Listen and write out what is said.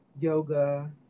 yoga